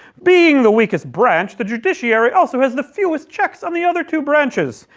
being the weakest branch, the judiciary also has the fewest checks on the other two branches.